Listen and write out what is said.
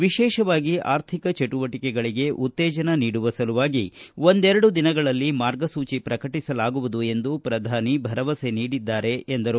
ವಿಶೇಷವಾಗಿ ಆರ್ಥಿಕ ಚಟುವಟಿಕೆಗಳಿಗೆ ಉತ್ತೇಜನ ನೀಡುವ ಸಲುವಾಗಿ ಒಂದೆರೆಡು ದಿನಗಳಲ್ಲಿ ಮಾರ್ಗಸೂಚಿ ಪ್ರಕಟಿಸಲಾಗುವುದು ಎಂದು ಪ್ರಧಾನಿ ಭರಮಸೆ ನೀಡಿದ್ದಾರೆ ಎಂದರು